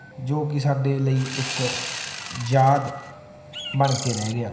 ਜੋ ਕਿ ਸਾਡੇ ਲਈ ਇੱਕ ਯਾਦ ਬਣ ਕੇ ਰਹਿ ਗਿਆ